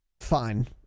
fine